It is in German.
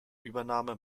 übernahme